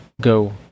go